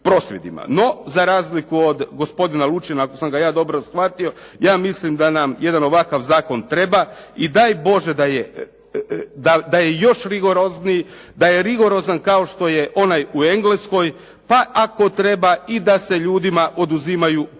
No, za razliku od gospodina Lučina ako sam ga ja dobro shvatio, ja mislim da nam jedan ovakav zakon treba i daj Bože da je još rigorozniji, da je rigorozan kao što je onaj u Engleskoj, pa ako treba i da se ljudima oduzimaju putovnice.